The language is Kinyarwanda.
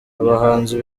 abahanzi